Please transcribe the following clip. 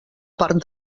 part